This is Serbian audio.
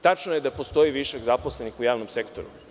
Tačno je da postoje višak zaposlenih u javnom sektoru.